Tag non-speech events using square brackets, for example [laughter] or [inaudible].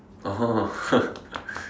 oh [laughs]